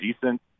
decent